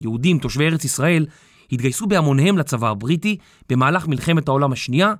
יהודים, תושבי ארץ ישראל, התגייסו בהמוניהם לצבא הבריטי במהלך מלחמת העולם השנייה.